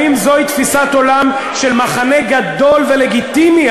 האם זוהי תפיסת עולם של מחנה גדול ולגיטימי,